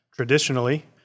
Traditionally